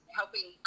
helping